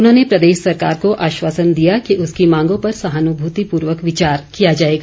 उन्होंने प्रदेश सरकार को आश्वासन दिया कि उसकी मांगों पर सहानुभूतिपूर्वक विचार किया जाएगा